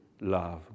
love